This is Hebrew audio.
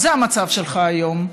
זה המצב שלך היום,